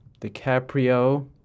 DiCaprio